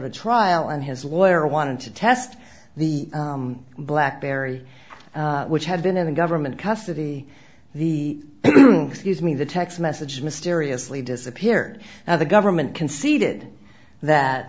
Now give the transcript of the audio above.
to trial and his lawyer wanted to test the black berry which had been in government custody the excuse me the text message mysteriously disappeared now the government conceded that